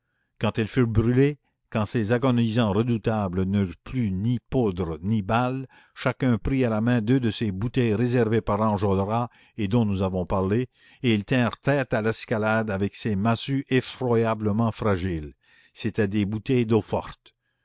quand elles furent brûlées quand ces agonisants redoutables n'eurent plus ni poudre ni balles chacun prit à la main deux de ces bouteilles réservées par enjolras et dont nous avons parlé et ils tinrent tête à l'escalade avec ces massues effroyablement fragiles c'étaient des bouteilles